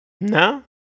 No